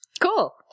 Cool